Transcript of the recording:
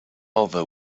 over